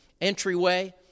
entryway